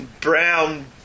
brown